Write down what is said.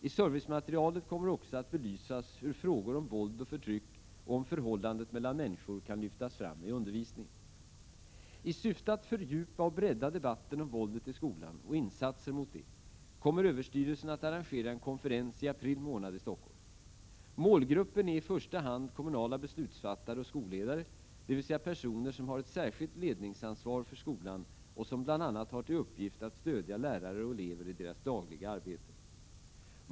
I servicematerialet kommer också att belysas hur frågor om våld och förtryck och om förhållandet mellan människor kan lyftas fram i undervisningen. I syfte att fördjupa och bredda debatten om våldet i skolan och insatser mot det kommer SÖ att arrangera en konferens i april månad i Stockholm. Målgruppen är i första hand kommunala beslutsfattare och skolledare, dvs. personer som har ett särskilt ledningsansvar för skolan och som bl.a. har till uppgift att stödja lärare och elever i deras dagliga arbete.